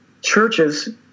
Churches